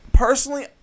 Personally